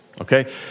Okay